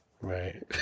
Right